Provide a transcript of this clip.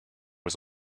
was